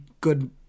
good